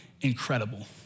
incredible